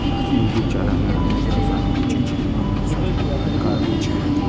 मुर्गीक चारा मे अनेक रसायन होइ छै, जे मानवो स्वास्थ्य लेल हानिकारक होइ छै